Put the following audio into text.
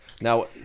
Now